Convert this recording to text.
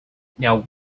now